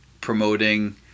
promoting